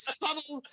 subtle